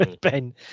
Ben